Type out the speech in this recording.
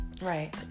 Right